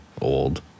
Old